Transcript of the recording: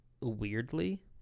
weirdly